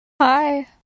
Hi